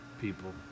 people